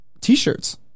t-shirts